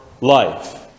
life